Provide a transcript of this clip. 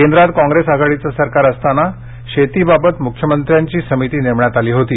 केंद्रात काँग्रेस आघाडीचे सरकार असताना शेतीबाबत मुख्यमंत्र्यांची समिती नेमण्यात आली होती